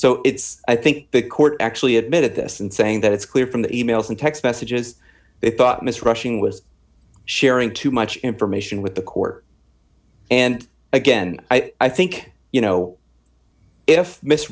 so it's i think a big court actually admitted this and saying that it's clear from the e mails and text messages they thought miss rushing was sharing too much information with the court and again i think you know if miss